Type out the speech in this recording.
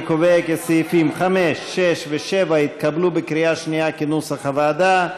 אני קובע כי סעיפים 5 7 התקבלו בקריאה שנייה כנוסח הוועדה.